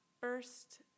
first